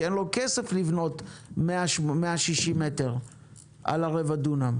כי אין לו כסף לבנות 160 מ"ר על הרבע דונם.